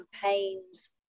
campaigns